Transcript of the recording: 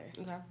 Okay